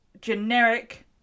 generic